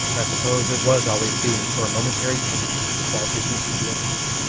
i suppose it was always doomed for a momentary tenure at walt disney studios park.